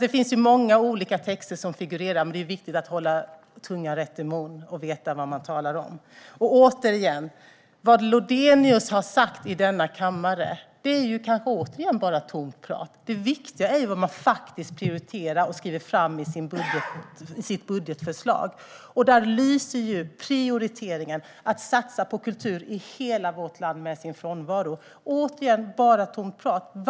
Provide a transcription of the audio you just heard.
Det finns många olika texter som figurerar. Det är viktigt att hålla tungan rätt i mun och veta vad man talar om. Återigen: Vad Lodenius har sagt i denna kammare är kanske bara tomt prat. Det viktiga är vad man faktiskt prioriterar och skriver fram i sitt budgetförslag. Där lyser prioriteringen att satsa på kultur i hela vårt land med sin frånvaro. Det är återigen bara tomt prat.